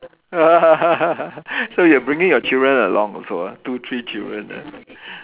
so you are bring your children along also ah two three children ah